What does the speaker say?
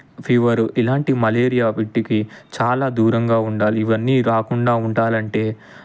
fever ఇలాంటి malaria వీటికి చాలా దూరంగా ఉండాలి ఇవన్నీ రాకుండా ఉండాలంటే